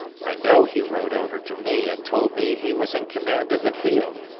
i know he rode over to me and told me he was in command of the field,